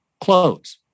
clothes